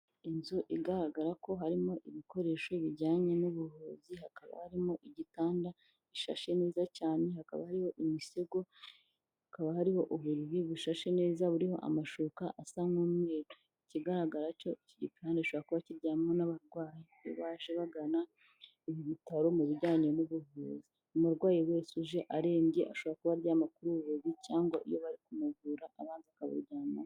Inzu igaragara ko harimo ibikoresho bijyanye n'ubuvuzi, hakaba harimo igitanda gishashe neza cyane, hakaba hariho imisego, hakaba hariho uburiri bushashe neza buriho amashuka asa nk'umweru. Ikigaragara cyo iki gitanda gishobora kuba kiryamwaho n'abarwayi. Iyo baje bagana ibi bitaro mu bijyanye n'ubuvuzi. Umurwayi wese uje arembye ashobora kuba aryama kuri ubu buriri, cyangwa iyo bari kumuvura abanza akaburyamaho.